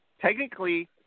technically